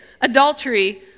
adultery